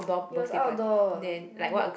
it was outdoor then walk